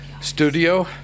studio